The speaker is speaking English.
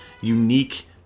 unique